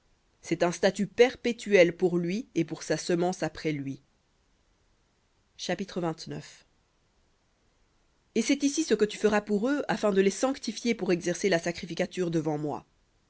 un statut perpétuel pour lui et pour sa semence après lui v litt seront chapitre et c'est ici ce que tu feras pour eux afin de les sanctifier pour exercer la sacrificature devant moi